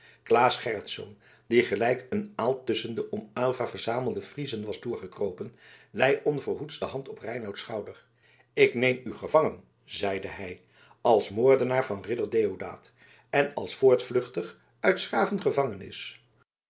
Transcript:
claes gerritsz die gelijk een aal tusschen de om aylva verzamelde friezen was doorgekropen lei onverhoeds de hand op reinouts schouder ik neem u gevangen zeide hij als moordenaar van ridder deodaat en als voortvluchtig uit s graven gevangenis